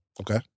Okay